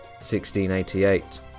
1688